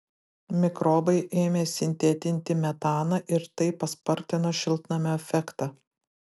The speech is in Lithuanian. mikrobai ėmė sintetinti metaną ir tai paspartino šiltnamio efektą